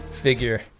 figure